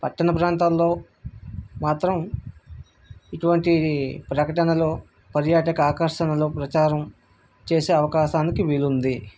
పట్టణ ప్రాంతాల్లో మాత్రం ఇటువంటి ప్రకటనలో పర్యాటక ఆకర్షణలు ప్రచారం చేసే అవకాశానికి వీలుంది